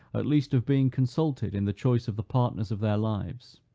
at least of being consulted in the choice of the partners of their lives.